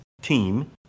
team